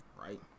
right